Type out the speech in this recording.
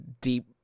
deep